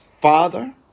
father